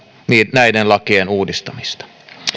näiden lakien uudistamista